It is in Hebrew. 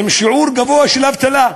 עם שיעור גבוה של אבטלה.